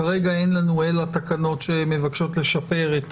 כרגע אין לנו אלא תקנות שמבקשות לשפר את